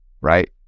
right